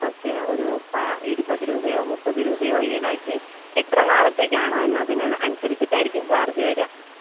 കുറച്ച് ഒരു പാ ഇരുപത് രൂപയോ മുപ്പത് രൂപയോ ഈടാക്കി എത്ര നാളത്തേക്കാണോ എന്നതിന് അനുസരിച്ചിട്ടായിരിക്കും ചാർജ് വരിക